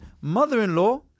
mother-in-law